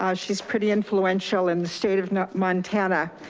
and she's pretty influential in the state of montana.